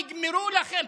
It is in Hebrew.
נגמרו לכם,